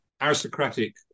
aristocratic